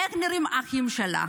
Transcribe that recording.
איך נראים האחים שלה.